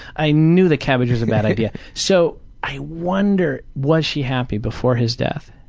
i knew the cabbage was a bad idea. so i wonder was she happy before his death?